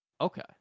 Okay